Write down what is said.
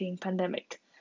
pandemic